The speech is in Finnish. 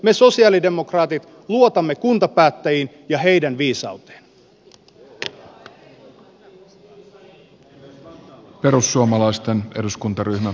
me sosialidemokraatit luotamme kuntapäättäjiin ja heidän viisauteensa